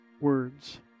words